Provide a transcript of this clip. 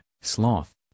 sloth